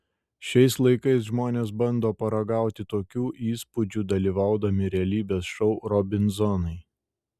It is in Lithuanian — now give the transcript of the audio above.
šiais laikais žmonės bando paragauti tokių įspūdžių dalyvaudami realybės šou robinzonai